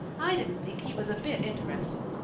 i didn't think he was a bit interesting.